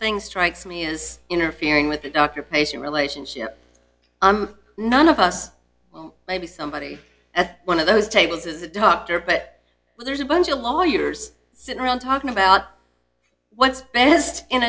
thing strikes me is interfering with a doctor patient relationship none of us well maybe somebody at one of those tables is a doctor but there's a bunch of lawyers sitting around talking about what's best in